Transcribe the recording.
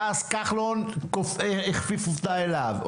בא אז כחלון, הכפיף אותה אליו.